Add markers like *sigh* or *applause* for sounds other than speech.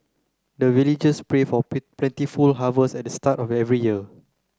the villagers pray for *unintelligible* plentiful harvest at the start of every year